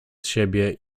siebie